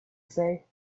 say